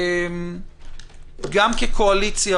גם כקואליציה,